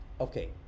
Okay